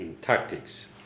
tactics